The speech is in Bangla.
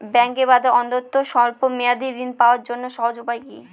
ব্যাঙ্কে বাদে অন্যত্র স্বল্প মেয়াদি ঋণ পাওয়ার জন্য সহজ উপায় কি?